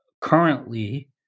currently